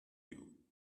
you